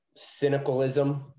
cynicalism